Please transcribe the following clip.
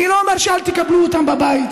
אני לא אומר שלא תקבלו אותם בבית,